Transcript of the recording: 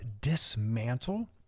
dismantle